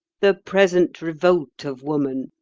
the present revolt of woman,